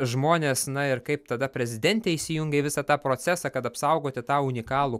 žmonės na ir kaip tada prezidentė įsijungė į visą tą procesą kad apsaugoti tą unikalų